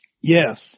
yes